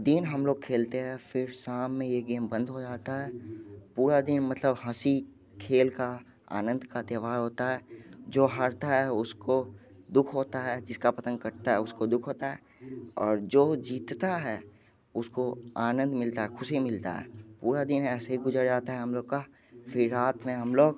दिन हम लोग खेलते हैं फिर शाम में ये गेम बंद हो जाता है पूरा दिन मतलब हंसी खेल का आनंद का त्यौहार होता है जो हारता है उसको दुख होता है जिसका पतंग कटता है उसको दुख होता है और जो जितता है ओ आनंद मिलता खुशी मिलता है पूरा दिन ऐसे गुजर जाता है हम लोग का फिर रात में हम लोग